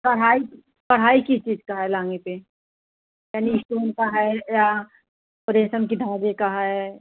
कढ़ाई कढ़ाई किस चीज़ का है लहंगे पर स्टोन का है या रेशम की धागे का है